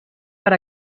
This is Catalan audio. per